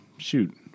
Shoot